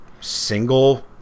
single